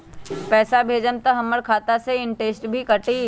पैसा भेजम त हमर खाता से इनटेशट भी कटी?